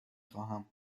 خواهم